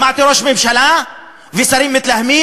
שמעתי ראש ממשלה ושרים מתלהמים,